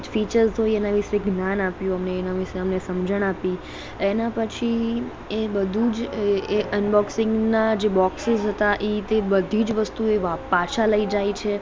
ફીચર્સનું એના વિશે અમને જ્ઞાન આપ્યું અમને એના વિશે અમને સમજણ આપી એના પછી એ બધુંજ એ અનબોક્સિંગના જે બોક્સીસ હતા એ તે બધીજ વસ્તુ એ પાછા લઈ જાય છે